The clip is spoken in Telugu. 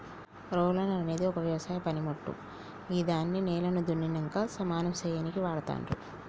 రోలర్ అనేది ఒక వ్యవసాయ పనిమోట్టు గిదాన్ని నేలను దున్నినంక సమానం సేయనీకి వాడ్తరు